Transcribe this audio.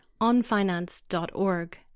onfinance.org